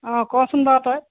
অঁ কচোন বাৰু তই